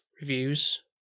reviews